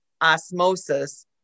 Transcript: osmosis